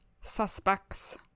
suspects